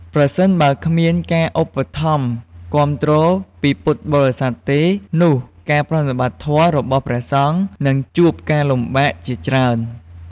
ប្រសិនបើគ្មានការឧបត្ថម្ភគាំទ្រពីពុទ្ធបរិស័ទទេ នោះការប្រតិបត្តិធម៌របស់ព្រះសង្ឃនឹងជួបការលំបាកជាច្រើន។